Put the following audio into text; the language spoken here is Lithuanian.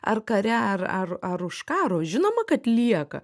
ar kare ar ar ar už karo žinoma kad lieka